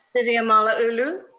vivian malauulu?